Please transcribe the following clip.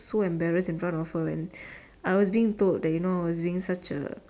so embarrassed in front of her and I was being told that you know I was being such a